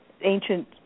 ancient